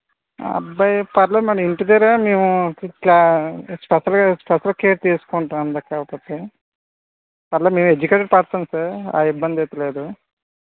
ఆ అబ్బాయి పర్లేదు మ్యాడమ్ ఇంటి దగ్గర మేము క్లాస్ స్పెషల్ గా స్పెషల్ కేర్ తీసుకుంటాం అందాక ఒక్కడికే పర్లేదు మేము ఎడ్యూకేటెడ్ పర్సన్స్ ఏ ఆ ఇబ్బందైతే లేదు